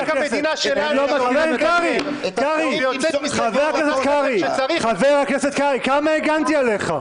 רק המדינה שלנו --- חבר הכנסת קרעי --- כמה הגנתי עליך,